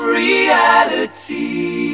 reality